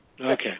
Okay